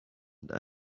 and